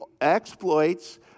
exploits